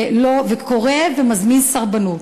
שקורא ומזמין סרבנות.